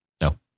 No